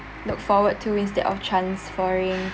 look forward to instead of transferring